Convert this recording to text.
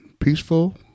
Peaceful